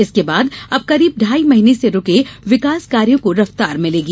इसके बाद अब करीब ढ़ाई महीने से रूके विकास कार्यो को रफ्तार मिलेगी